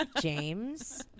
James